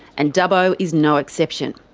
and dubbo is no exception.